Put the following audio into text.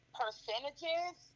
percentages